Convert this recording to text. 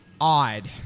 odd